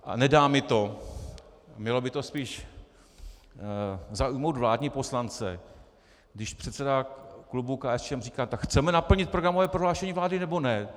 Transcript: A nedá mi to, mělo by to spíš zaujmout vládní poslance, když předseda klubu KSČM říká: tak chceme naplnit programové prohlášení vlády, nebo ne?